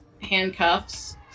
handcuffs